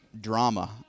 drama